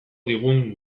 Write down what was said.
digun